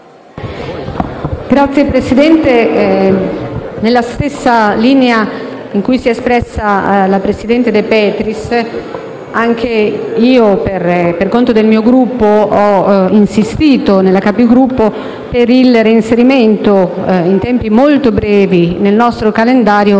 Signor Presidente, nella stessa linea in cui si è espressa la presidente De Petris, anch'io, per conto del mio Gruppo, ho insistito in Conferenza dei Capigruppo per il reinserimento in tempi molto brevi nel nostro calendario